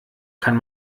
kann